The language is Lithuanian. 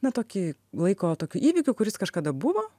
na tokį laiko tokiu įvykiu kuris kažkada buvo